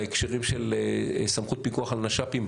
בהקשרים של סמכות פיקוח על נש"פים,